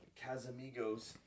Casamigos